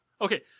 Okay